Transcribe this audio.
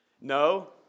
No